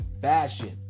fashion